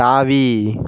தாவி